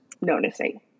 noticing